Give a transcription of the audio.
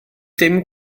dim